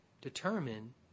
determine